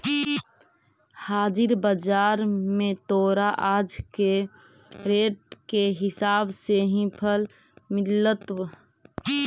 हाजिर बाजार में तोरा आज के रेट के हिसाब से ही फल मिलतवऽ